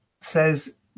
says